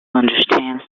understands